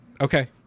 Okay